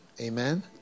Amen